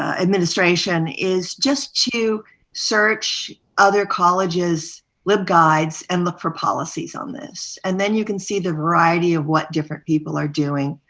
administration is just to search other colleges lib guides and look for policies on this. and then you can see the variety of what different people are doing.